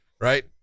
right